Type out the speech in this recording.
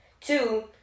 Two